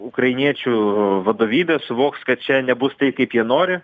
ukrainiečių vadovybė suvoks kad čia nebus taip kaip jie nori